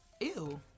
Ew